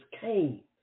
came